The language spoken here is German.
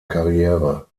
karriere